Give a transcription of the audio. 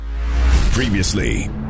Previously